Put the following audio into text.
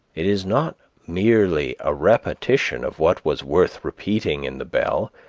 it is not merely a repetition of what was worth repeating in the bell,